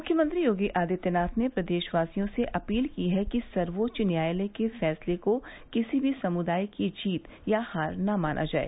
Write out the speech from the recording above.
मुख्यमंत्री योगी आदित्यनाथ ने प्रदेशवासियों से अपील की है कि सर्वोच्च न्यायालय के फैसले को किसी समुदाय की जीत या हार न माना जाय